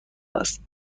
است